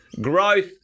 Growth